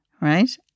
right